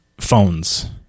phones